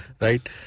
right